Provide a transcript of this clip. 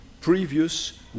previous